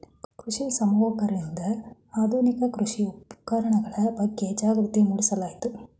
ಕೃಷಿ ಸಮೂಹಕರಿಂದ ಆಧುನಿಕ ಕೃಷಿ ಉಪಕರಣಗಳ ಬಗ್ಗೆ ಜಾಗೃತಿ ಮೂಡಿಸಲಾಯಿತು